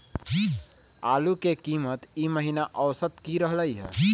आलू के कीमत ई महिना औसत की रहलई ह?